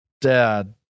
dad